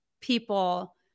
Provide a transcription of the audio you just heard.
people